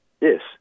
yes